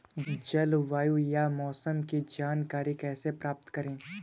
जलवायु या मौसम की जानकारी कैसे प्राप्त करें?